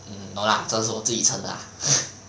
err no lah 这是我自己称的 ah